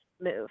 move